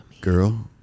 Girl